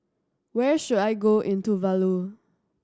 where should I go in Tuvalu